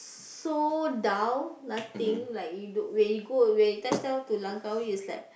so down nothing like you do when you go away now Langkawi it was like